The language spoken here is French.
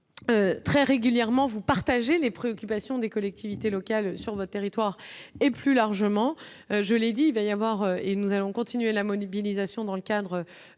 Très régulièrement vous partager les préoccupations des collectivités locales sur votre territoire et, plus largement, je l'ai dit, il va y avoir et nous allons continuer la mobilisation dans le cadre